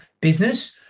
business